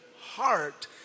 heart